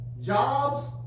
Jobs